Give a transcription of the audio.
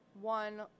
one